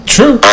True